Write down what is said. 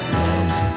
love